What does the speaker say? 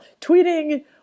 tweeting